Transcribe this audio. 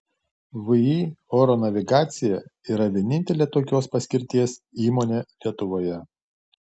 vį oro navigacija yra vienintelė tokios paskirties įmonė lietuvoje